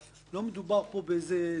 לא מדובר פה בעמותה.